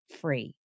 free